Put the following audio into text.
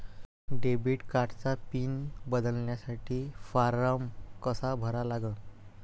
Debit कार्डचा PIN बदलासाठी form कसा भरा लागन?